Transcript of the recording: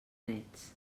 néts